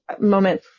moment